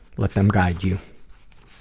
let them guide you.